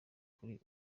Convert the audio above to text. kuri